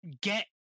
get